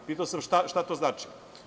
Pitao sam šta to znači?